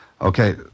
Okay